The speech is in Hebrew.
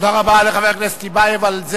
תודה רבה לחבר הכנסת טיבייב על זה